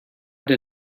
did